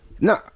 No